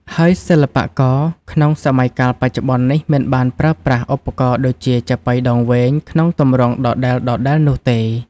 ហើយសិល្បករក្នុងសម័យកាលបច្ចុប្បន្ននេះ មិនបានប្រើប្រាស់ឧបករណ៍ដូចជា ចាប៉ីដងវែង ក្នុងទម្រង់ដដែលៗនោះទេ។